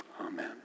Amen